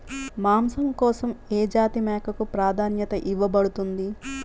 మాంసం కోసం ఏ జాతి మేకకు ప్రాధాన్యత ఇవ్వబడుతుంది?